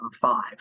five